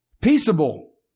Peaceable